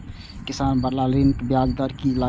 किसान बाला ऋण में ब्याज दर कि लागै छै?